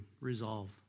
Resolve